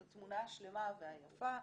את התמונה השלמה והיפה,